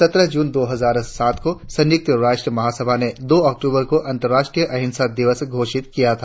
सत्रह जून दो हजार सात को संयुक्त राष्ट्र महासभा ने दो अक्टूबर को अंतर्राष्ट्रीय अहिंसा दिवस घोषित किया था